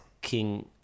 King